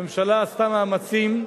הממשלה עשתה מאמצים,